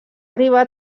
arribar